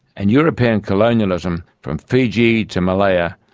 and european colonialism, from fiji to malaya,